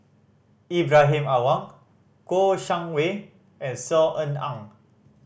Ibrahim Awang Kouo Shang Wei and Saw Ean Ang